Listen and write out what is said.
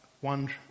one